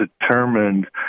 determined